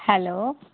hello